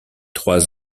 trois